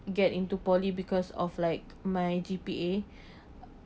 get into poly because of like my G_P_A